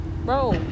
bro